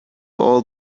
all